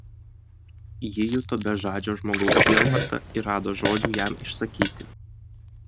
ji juto bežadžio žmogaus sielvartą ir rado žodžių jam išsakyti